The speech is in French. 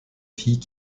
filles